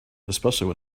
especially